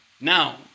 Now